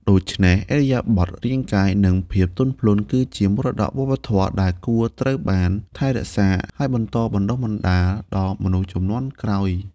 ដូច្នេះ ឥរិយាបថរាងកាយ និងភាពទន់ភ្លន់គឺជាមរតកវប្បធម៌ដែលគួរត្រូវបានថែរក្សា ហើយបន្តបណ្ដុះបណ្ដាលដល់មនុស្សជំនាន់ក្រោយ។